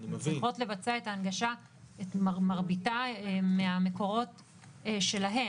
היא מגישה לי לפעמים גאנט ומתי היא צופה שהפרויקט